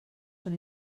són